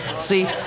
See